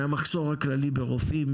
מהמחסור הכללי ברופאים,